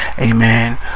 Amen